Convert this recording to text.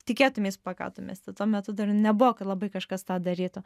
tikėtumeis plakatų mieste tuo metu dar nebuvo kad labai kažkas tą darytų